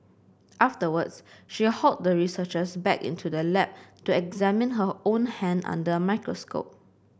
afterwards she hauled the researchers back into the lab to examine her own hand under a microscope